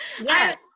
yes